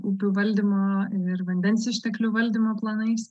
upių valdymo ir vandens išteklių valdymo planais